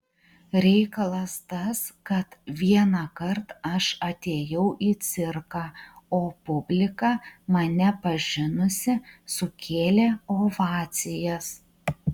reikalas tas kad vienąkart aš atėjau į cirką o publika mane pažinusi sukėlė ovacijas